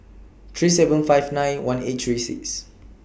three seven five nine one eight three six